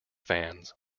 fans